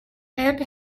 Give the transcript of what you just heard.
and